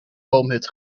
boomhut